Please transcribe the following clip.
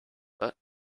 but